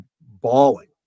bawling